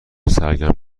سرگرم